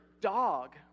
dog